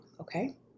Okay